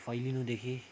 फैलिनुदेखि